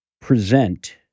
present